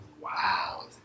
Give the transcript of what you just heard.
Wow